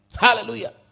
Hallelujah